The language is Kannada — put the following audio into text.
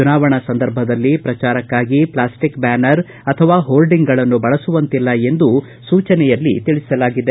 ಚುನಾವಣಾ ಸಂದರ್ಭದಲ್ಲಿ ಪ್ರಚಾರಕ್ಕಾಗಿ ಪ್ಲಾಸ್ಟಿಕ್ ಬ್ಯಾನರ್ ಅಥವಾ ಹೋರ್ಡಿಂಗ್ಗಳನ್ನು ಬಳಸುವಂತಿಲ್ಲ ಎಂದು ಸೂಚನೆಯಲ್ಲಿ ತಿಳಿಸಲಾಗಿದೆ